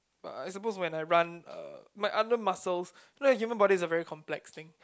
uh I suppose when I run uh my other muscles you know the human body is a very complex thing